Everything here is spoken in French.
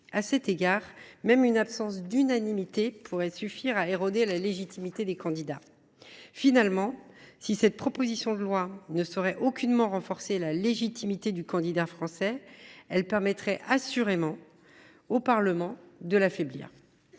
À cet égard, même une absence d’unanimité pourrait suffire à éroder sa légitimité. Finalement, cette proposition de loi ne renforcerait aucunement la légitimité du candidat français, mais elle permettrait assurément au Parlement de l’affaiblir.